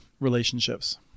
relationships